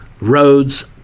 roads